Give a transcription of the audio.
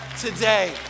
today